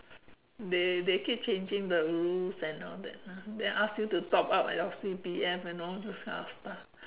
they they keep changing the rules and all that then ask you to top up your C_P_F and all those kind of stuff